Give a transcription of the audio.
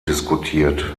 diskutiert